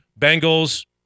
Bengals